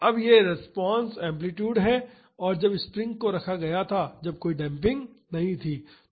अब यह response amplitude है जब स्प्रिंग्स को रखा गया था जब कोई डेम्पिंग नहीं थी